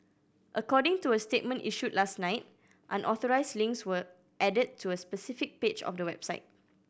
according to a statement issued last night unauthorised links were added to a specific page of the website